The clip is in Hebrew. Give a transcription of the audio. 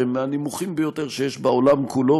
שהם מהנמוכים ביותר שיש בעולם כולו,